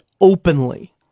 openly